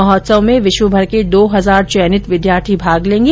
महोत्सव में विश्वभर के दो हजार चयनित विद्यार्थी भाग लेंगे